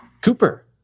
Cooper